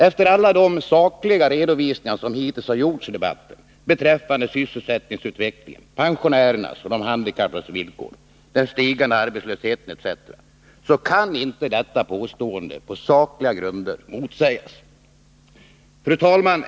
Efter alla de sakliga redovisningar som hittills har gjorts i debatten beträffande sysselsättningsutvecklingen, pensionärer nas och de handikappades villkor, den stigande arbetslösheten etc. kan inte detta påstående på sakliga grunder motsägas. Fru talman!